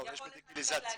יכול אחד קצת להגזים,